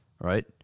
Right